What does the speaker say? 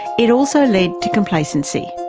it also led to complacency.